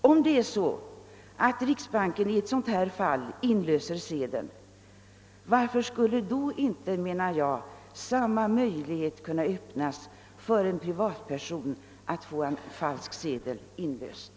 Om detta sker i ett sådant fall, borde enligt min mening möjlighet kunna öppnas också för en privat person att få en falsk sedel inlöst.